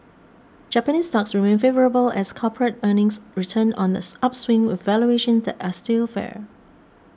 Japanese stocks remain favourable as corporate earnings return on this upswing with valuations that are still fair